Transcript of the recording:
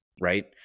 right